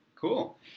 Cool